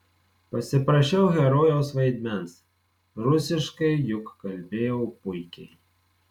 pasiprašiau herojaus vaidmens rusiškai juk kalbėjau puikiai